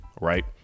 right